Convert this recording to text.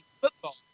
football